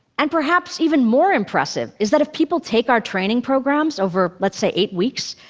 and perhaps even more impressive is that if people take our training programs over, let's say, eight weeks,